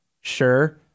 sure